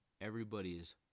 everybody's